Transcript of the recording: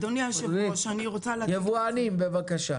יבואנים בבקשה.